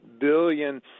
billion